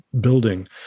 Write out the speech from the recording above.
building